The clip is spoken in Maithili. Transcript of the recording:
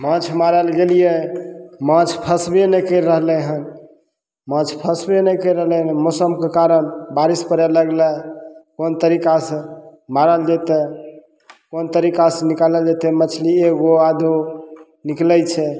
माछ मारय लए गेलियै माछ फसबे नहि करि रहलय हन माछ फसबे नहि करि रहलय हन मौसमके कारण बारिश पड़य लगलय कोन तरीकासँ मारल जेतय कोन तरीकासँ निकालल जेतय मछली एगो आधगो निकलय छै